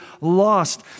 lost